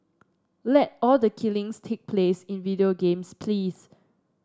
let all the killings take place in video games please